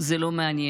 זה לא מעניין,